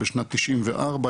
בשנת 94,